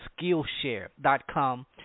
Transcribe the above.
Skillshare.com